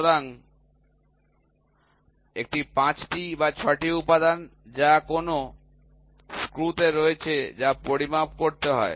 সুতরাং এটি ৫ টি বা ৬টি উপাদান যা কোনও স্ক্রুতে রয়েছে যা পরিমাপ করতে হয়